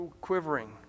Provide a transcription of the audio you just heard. quivering